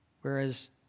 Whereas